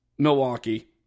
Milwaukee